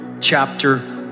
chapter